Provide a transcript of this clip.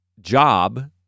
job